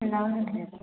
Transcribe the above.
ഉണ്ടാവുമല്ലേ